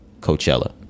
coachella